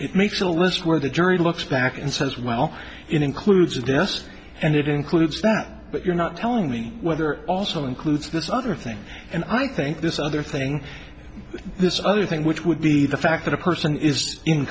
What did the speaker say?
it makes a list where the jury looks back and says well includes a desk and it includes that but you're not telling me whether also includes this other thing and i think this other thing this other thing which would be the fact that a person is in